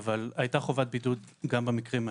אבל הייתה חובת בידוד גם במקרים האלה.